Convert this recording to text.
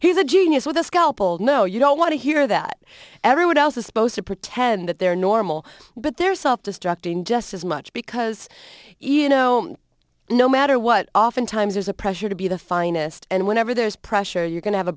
he's a genius with a scalpel no you don't want to hear that everyone else is supposed to pretend that they're normal but they're self destructing just as much because you know no matter what oftentimes there's a pressure to be the finest and whenever there is pressure you're going to have a